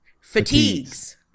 Fatigues